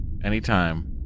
anytime